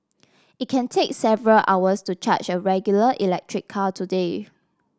it can take several hours to charge a regular electric car today